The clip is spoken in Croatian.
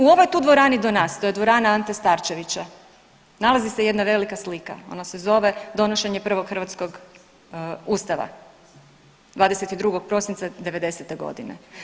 U ovoj tu dvorani do nas, to je dvorana Ante Starčevića nalazi se jedna velika slika, ona se zove Donošenje prvog Hrvatskog Ustava 22. prosinca '90. godine.